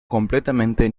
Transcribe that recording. completamente